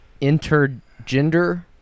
intergender